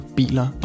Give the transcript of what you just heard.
biler